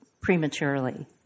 prematurely